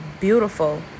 beautiful